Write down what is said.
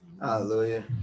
Hallelujah